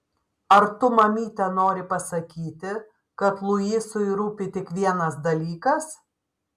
ar tu mamyte nori pasakyti kad luisui rūpi tik vienas dalykas